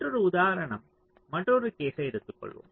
மற்றொரு உதாரணம் மற்றொரு கேஸ்ஸை எடுத்துக் கொள்வோம்